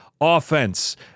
offense